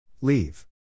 Leave